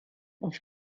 auf